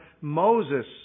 Moses